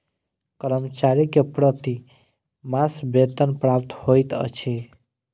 कर्मचारी के प्रति मास वेतन प्राप्त होइत अछि